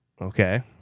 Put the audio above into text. Okay